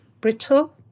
Brittle